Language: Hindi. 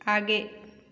आगे